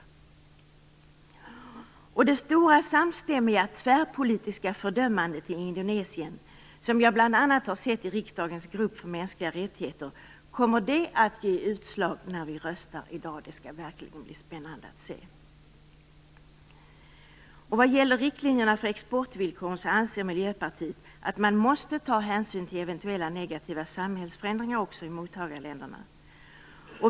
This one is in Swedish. Kommer det stora samstämmiga tvärpolitiska fördömandet av Indonesien, som jag bl.a. har sett i riksdagens grupp för mänskliga rättigheter, att ge utslag när vi i dag röstar? Det skall verkligen bli spännande att se. Vad gäller riktlinjerna för exportvillkoren anser vi i Miljöpartiet att man måste ta hänsyn till eventuella negativa samhällsförändringar också i mottagarländerna.